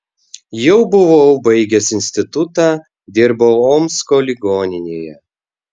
jau buvau baigęs institutą dirbau omsko ligoninėje